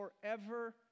forever